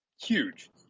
huge